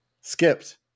skipped